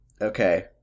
Okay